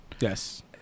Yes